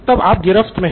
तब आप गिरफ़्त में हैं